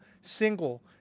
single